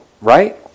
Right